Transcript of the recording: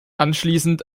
anschließend